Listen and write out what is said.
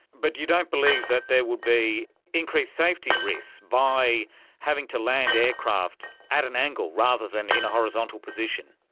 but you don't believe that there would be increased safety risks by having to land aircraft at an angle rather than in a horizontal position?